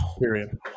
Period